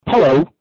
Hello